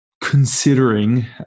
considering